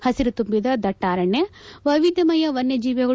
ಪಸಿರು ತುಂಬಿದ ದಟ್ಲಾರಣ್ಯ ವೈವಿಧ್ಯಮಯ ವನ್ನಜೀವಿಗಳು